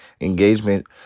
Engagement